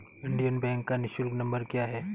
Indian bank का निःशुल्क number क्या है?